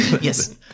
Yes